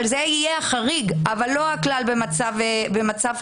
אבל זה יהיה החריג, אבל לא הכלל במצב חירום.